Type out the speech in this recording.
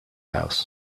house